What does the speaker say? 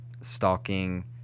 stalking